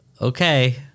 Okay